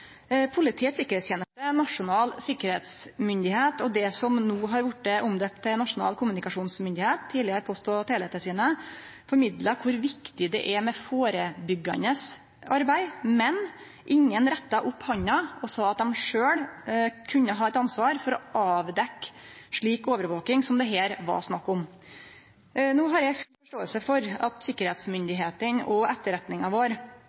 Politiets tryggingsteneste, Nasjonalt tryggingsorgan og det som no har vorte døypt om til Nasjonal kommunikasjonsmyndigheit – tidlegare Post- og teletilsynet – formidla kor viktig det er med førebyggjande arbeid, men ingen rekte opp handa og sa at dei sjølve kunne ha eit ansvar for å avdekkje slik overvaking som det her var snakk om. No har eg forståing for at sikkerheitsmyndigheitene og etterretninga vår